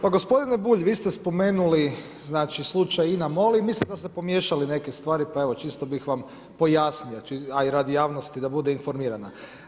Pa gospodine Bulj, vi ste spomenuli slučaj INA MOL i mislim da ste pomiješali neke stvari pa evo čisto bih vam pojasnio, a i radi javnosti da bude informirana.